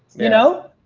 you know?